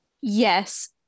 Yes